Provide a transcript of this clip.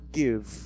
give